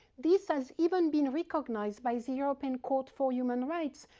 this has even been recognized by the european court for human rights,